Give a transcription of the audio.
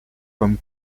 comme